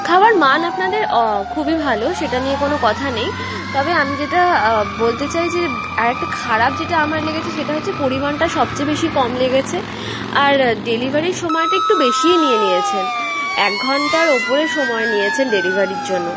খাওয়ার মান আপনাদের খুবই ভালো সেটা নিয়ে কোনো কথা নেই তবে আমি যেটা বলতে চাই যে আর একটা খারাপ যেটা আমার লেগেছে সেটা হচ্ছে পরিমাণটা সবচেয়ে বেশি কম লেগেছে আর ডেলিভারির সময়টা একটু বেশিই নিয়ে নিয়েছেন এক ঘণ্টার উপরে সময় নিয়েছেন ডেলিভারির জন্য